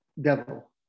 devil